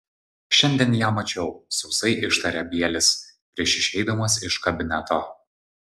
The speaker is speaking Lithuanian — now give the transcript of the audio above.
šiandien ją mačiau sausai ištarė bielis prieš išeidamas iš kabineto